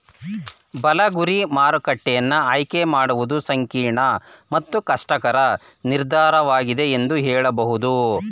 ಬಲ ಗುರಿ ಮಾರುಕಟ್ಟೆಯನ್ನ ಆಯ್ಕೆ ಮಾಡುವುದು ಸಂಕೀರ್ಣ ಮತ್ತು ಕಷ್ಟಕರ ನಿರ್ಧಾರವಾಗಿದೆ ಎಂದು ಹೇಳಬಹುದು